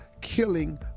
killing